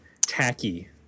tacky